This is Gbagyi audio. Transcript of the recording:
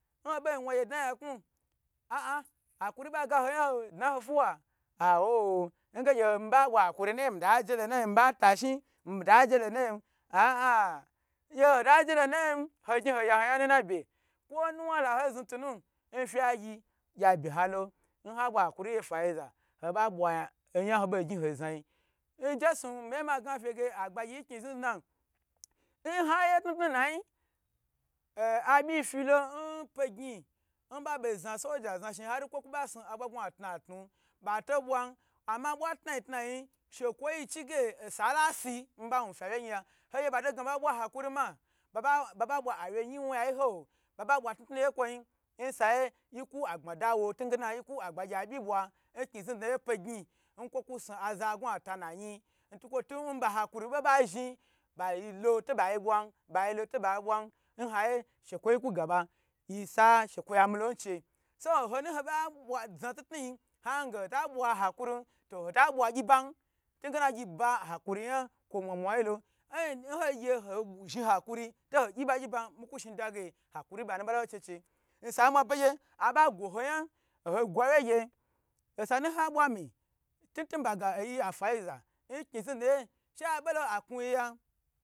N ho bo wagye dna yan knu a a hakuri ba gaho yaho da ho fuwa awo nge gye mi ba bwa hakuri n naye mita je lo naya n mba tashi mita jelo a a gye hota jelo nayen hogyen ho ya yon na bye kwo nuwa la ho znu tu nu nfe gye gye be halo n ha bwa hakuri ngye fayi za ho ba bwo oya ho bo gyn ho za yin njesu miye ma ga fe ge agbagyi n kni zni dna n haye tnutnu nayi er abyi filo npayi nbabo za solder za shi yi ar kwo bo sun abawa gwa tnutnu ba to bwan ama bwa fnayi tnayii shekwo chige osa lasi n miba wufe wya yin ya hogye boto gna ma bwa hakurin a baba baba bwa aweyi wu yiyin ho baba bwa tnutnu ye kwoyin nsayiye yika agba wa ntigena yikwo agbagya byi bwa n kni zni dna yen pegin n kwo ku su a za ngun ata na yin ntukwo tu ba hakuri bo ba zhin bayilo to bayi bwan bayilo to bayi bwan nha ye shekwo ku ga ba yisa shekwo milo nche so nhono hoba bwa za tnutnu yin hange hota bwa hakuri to ho ta bwa gyiban ntugena gyi ba hakuri to ho ta bwa gyiban ntugena gyi ba hakuri yan kwo mwa mwa yi lo en nhoigye zhni hakuri to hoi gyi ba gyiban miku shida ge hakuri yi bala he che che nsa bwa begye aba gwho yan hoi gwo wye gye hosanu ha bwa mi tin tin baga afaiza nkni zni daye she abolo aknu yi ya.